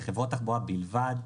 לחברות תחבורה בלבד,